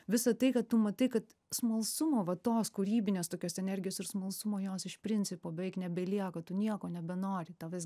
visa tai ką tu matai kad smalsumo va tos kūrybinės tokios energijos ir smalsumo jos iš principo beveik nebelieka tu nieko nebenori tavęs